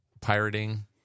pirating